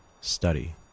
study